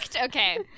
Okay